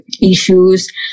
Issues